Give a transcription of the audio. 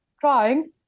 trying